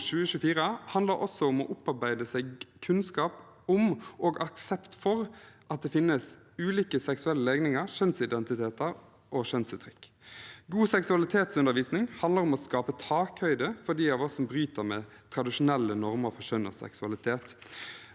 2024 handler også om å opparbeide seg kunnskap om og aksept for at det finnes ulike seksuelle legninger, kjønnsidentiteter og kjønnsuttrykk. God seksualitetsundervisning handler om å skape takhøyde for dem av oss som bryter med tradisjonelle normer for kjønn og seksualitet.